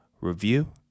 review